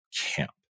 camp